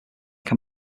can